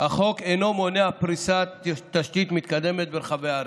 החוק אינו מונע פריסת תשתית מתקדמת ברחבי הארץ,